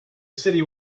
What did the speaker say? city